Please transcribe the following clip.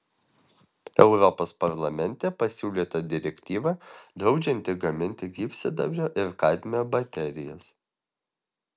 europos parlamente pasiūlyta direktyva draudžianti gaminti gyvsidabrio ir kadmio baterijas